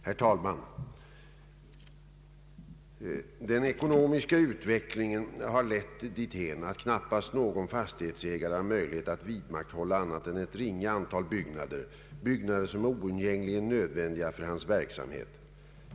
Herr talman! Den ekonomiska utvecklingen har lett dithän att knappast någon fastighetsägare har möjlighet att vidmakthålla annat än ett ringa antal byggnader, byggnader som är oundgängligen nödvändiga för hans verksamhet.